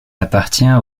appartient